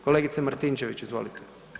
Kolegice Martinčević, izvolite.